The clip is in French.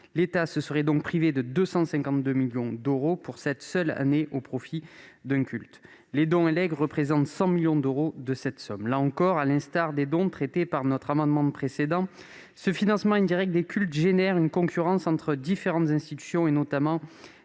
L'État se serait donc privé de 252 millions d'euros pour cette seule année, au profit d'un culte. Les dons et legs représentent 100 millions d'euros de cette somme. Là encore, à l'instar des dons, ce financement indirect des cultes donne lieu à une concurrence entre différentes institutions et nuit, notamment,